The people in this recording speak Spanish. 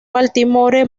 baltimore